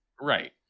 Right